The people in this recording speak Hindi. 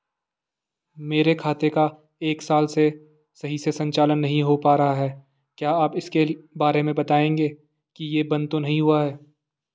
मेरे खाते का एक साल से सही से संचालन नहीं हो पाना रहा है क्या आप इसके बारे में बताएँगे कि ये बन्द तो नहीं हुआ है?